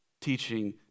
teaching